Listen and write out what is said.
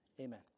Amen